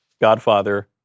Godfather